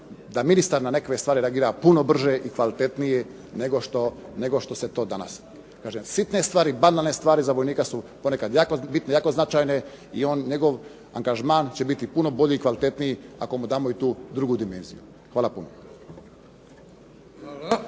da ministar na nekakve stvari reagira puno brže i kvalitetnije nego što se to danas. Kažem sitne stvari, banalne stvari za vojnika su ponekad jako bitne, jako značajne i njegov angažman će biti puno bolji, kvalitetniji ako mu damo i tu drugu dimenziju. Hvala puno. **Bebić, Luka